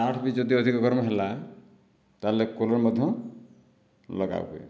ତାଠୁ ବି ଯଦି ଅଧିକ ଗରମ ହେଲା ତାହେଲେ କୁଲର ମଧ୍ୟ ଲଗା ହୁଏ